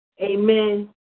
Amen